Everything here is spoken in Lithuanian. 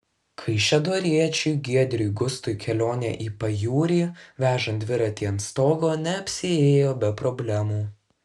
kaišiadoriečiui giedriui gustui kelionė į pajūrį vežant dviratį ant stogo neapsiėjo be problemų